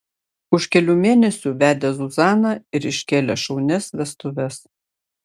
už kelių mėnesių vedė zuzaną ir iškėlė šaunias vestuves